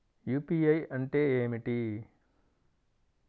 UPI అంటే ఏమిటీ?